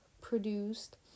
produced